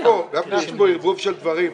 יש כאן ערבוב של דברים.